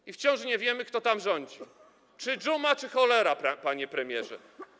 I wciąż nie wiemy, kto tam rządzi: czy dżuma, czy cholera, panie premierze.